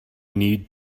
need